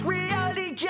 Reality